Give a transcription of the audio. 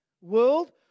world